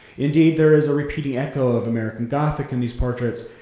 indeed, there is a repeating echo of american gothic in these portraits,